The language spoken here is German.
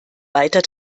weiter